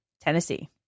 Tennessee